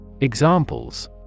Examples